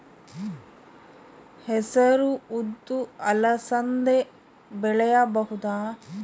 ಹೆಸರು ಉದ್ದು ಅಲಸಂದೆ ಬೆಳೆಯಬಹುದಾ?